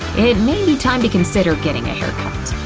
it may be time to consider getting a haircut.